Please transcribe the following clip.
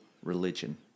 religion